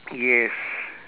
yes